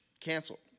canceled